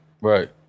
Right